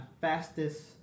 fastest